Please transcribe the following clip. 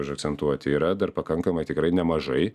užakcentuoti yra dar pakankamai tikrai nemažai